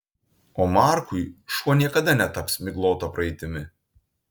o markui šuo niekada netaps miglota praeitimi